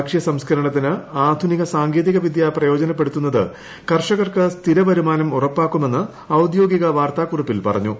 ഭക്ഷ്യ സംസ്ക്കരണത്തിന് ആധുനിക സാങ്കേതിക വിദ്യ പ്രയോജനപ്പെടുത്തുന്നത് കർഷകർക്ക് സ്ഥിരവരുമാനം ഉറപ്പാക്കുമെന്ന് ഔദ്യോഗിക വാർത്താക്കുറിപ്പിൽ പറഞ്ഞു